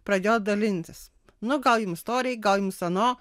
pradėjo dalintis nu gal jums to reik gal jums ano